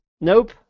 Nope